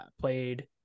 played